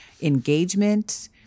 Engagement